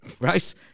right